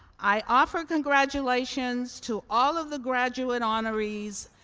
i offer congratulations to all of the graduate honorees,